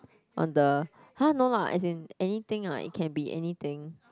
on the !huh! no lah as in anything lah it can be anything